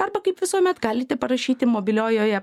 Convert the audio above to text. arba kaip visuomet galite parašyti mobiliojoje